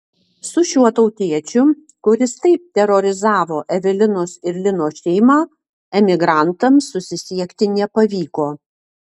su šiuo tautiečiu kuris taip terorizavo evelinos ir lino šeimą emigrantams susisiekti nepavyko